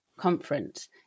conference